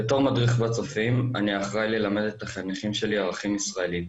בתור מדריך לצופים אני אחראי ללמד את החניכים שלי ערכים ישראליים,